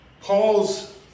Paul's